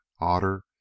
Otter